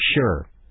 sure